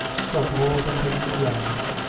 from all the country round,